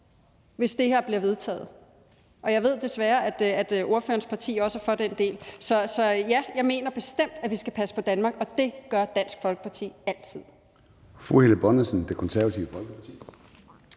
hvis de bliver vedtaget, og jeg ved desværre også, at ordførerens parti er for den del. Så ja, jeg mener bestemt, at vi skal passe på Danmark, og det gør Dansk Folkeparti altid.